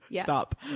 stop